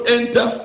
enter